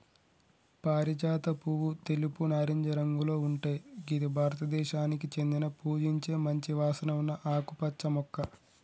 పారిజాత పువ్వు తెలుపు, నారింజ రంగులో ఉంటయ్ గిది భారతదేశానికి చెందిన పూజించే మంచి వాసన ఉన్న ఆకుపచ్చ మొక్క